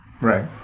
right